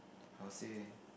how say